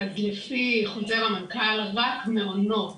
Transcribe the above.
אז לפי חוזר המנכ"ל, רק מעונות